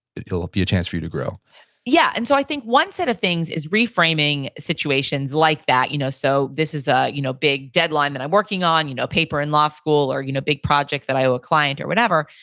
it'll be your chance for you to grow yeah. and so i think one set of things is reframing situations like that. you know so this is a you know big deadline that i'm working on, you know paper in law school or you know big project that i owe a client or whatever.